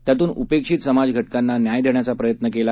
त्यातून उपेक्षित समाजघटकांना न्याय देण्याचा प्रयत्न केला